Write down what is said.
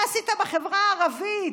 מה עשית בחברה הערבית?